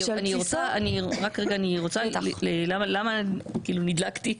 רק רגע, למה נדלקתי?